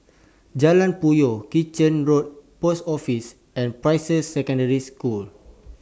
Jalan Puyoh Kitchener Road Post Office and Peirce Secondary School